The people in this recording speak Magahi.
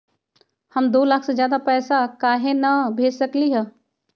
हम दो लाख से ज्यादा पैसा काहे न भेज सकली ह?